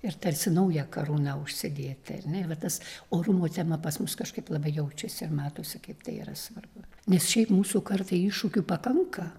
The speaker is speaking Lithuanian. ir tarsi naują karūną užsidėti ar ne ir va tas orumo tema pas mus kažkaip labai jaučiasi ir matosi kaip tai yra svarbu nes šiaip mūsų kartai iššūkių pakanka